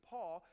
Paul